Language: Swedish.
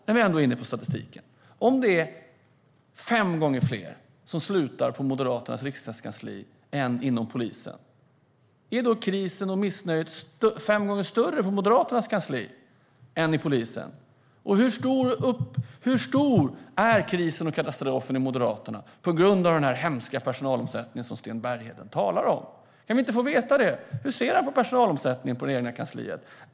När vi ändå är inne på statistiken: Om det är fem gånger fler som slutar på Moderaternas riksdagskansli än inom polisen, är då krisen och missnöjet fem gånger större på Moderaternas kansli än inom polisen? Hur stor är krisen och katastrofen inom Moderaterna på grund av den hemska personalomsättning som Sten Bergheden talar om? Kan vi inte få veta det? Hur ser han på personalomsättningen på det egna kansliet?